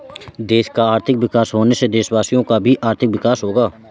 देश का आर्थिक विकास होने से देशवासियों का भी आर्थिक विकास होगा